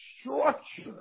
structure